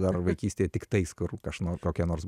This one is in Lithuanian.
dar vaikystėje tiktais kur nežinau kokia nors